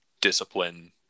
discipline